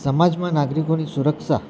સમાજમાં નાગરિકોની સુરક્ષા